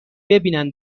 ببینن